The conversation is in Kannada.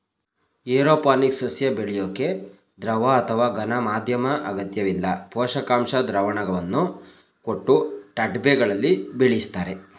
ಏರೋಪೋನಿಕ್ಸ್ ಸಸ್ಯ ಬೆಳ್ಯೋಕೆ ದ್ರವ ಅಥವಾ ಘನ ಮಾಧ್ಯಮ ಅಗತ್ಯವಿಲ್ಲ ಪೋಷಕಾಂಶ ದ್ರಾವಣವನ್ನು ಕೊಟ್ಟು ಟೆಂಟ್ಬೆಗಳಲ್ಲಿ ಬೆಳಿಸ್ತರೆ